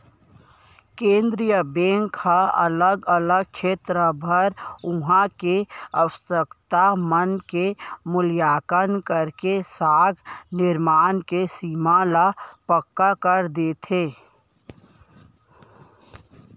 केंद्रीय बेंक ह अलग अलग छेत्र बर उहाँ के आवासकता मन के मुल्याकंन करके साख निरमान के सीमा ल पक्का कर देथे